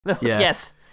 Yes